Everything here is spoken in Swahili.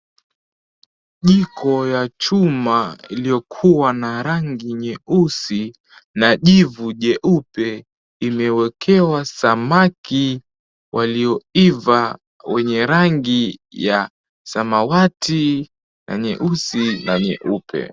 Jiko ya chuma iliyokuwa na rangi nyeusi na jivu jeupe imeekewa samaki walioiva wenye rangi ya samawati na nyeusi na nyeupe.